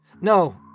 No